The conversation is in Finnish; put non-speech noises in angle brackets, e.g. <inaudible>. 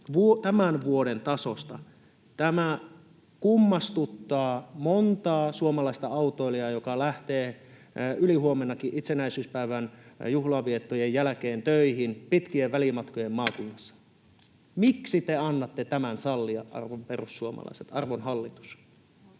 tämän vuoden tasosta. Tämä kummastuttaa montaa suomalaista autoilijaa, joka lähtee ylihuomennakin itsenäisyyspäivän juhlan viettojen jälkeen töihin pitkien välimatkojen maakunnissa. <noise> Miksi te sallitte tämän, arvon perussuomalaiset, arvon hallitus?